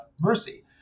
mercy